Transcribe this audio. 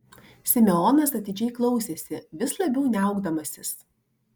simeonas atidžiai klausėsi vis labiau niaukdamasis